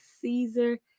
Caesar